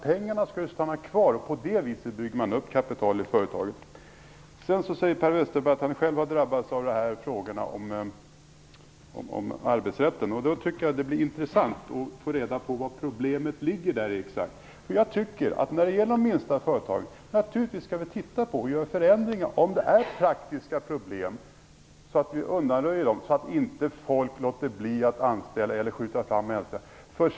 Pengarna skall ju stanna kvar, och på det viset bygger man upp kapital i ett företag. Per Westerberg sade att han själv hade drabbats av detta med arbetsrätten. Det vore intressant att få reda på exakt var problemet ligger. När det gäller de minsta företagen skall vi naturligtvis se över det hela och genomföra förändringar. Om det finns praktiska problem skall vi undanröja dem, så att inte folk låter bli att anställa eller att man skjuter anställandet fram i tiden.